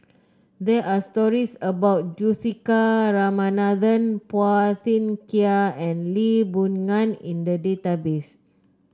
there are stories about Juthika Ramanathan Phua Thin Kiay and Lee Boon Ngan in the database